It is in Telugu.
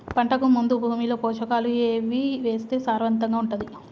పంటకు ముందు భూమిలో పోషకాలు ఏవి వేస్తే సారవంతంగా ఉంటది?